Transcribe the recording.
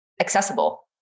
accessible